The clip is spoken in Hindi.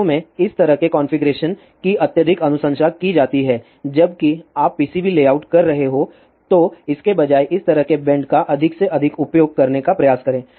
वास्तव में इस तरह के कॉन्फ़िगरेशन की अत्यधिक अनुशंसा की जाती है कि जब आप PCB लेआउट कर रहे हों तो इसके बजाय इस तरह के बेंड का अधिक से अधिक उपयोग करने का प्रयास करें